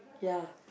ya